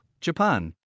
Japan